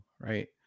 right